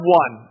one